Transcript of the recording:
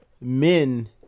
men